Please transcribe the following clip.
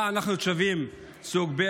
מה, אנחנו תושבים סוג ב'?